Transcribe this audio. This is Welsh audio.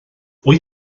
wyt